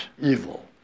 evil